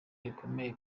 rikomeye